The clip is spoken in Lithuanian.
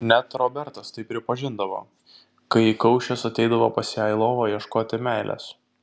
net robertas tai pripažindavo kai įkaušęs ateidavo pas ją į lovą ieškoti meilės